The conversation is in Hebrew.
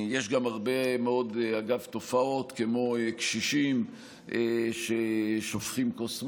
יש גם הרבה מאוד תופעות כמו קשישים ששופכים כוס מים,